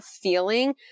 feeling